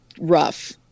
rough